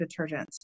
detergents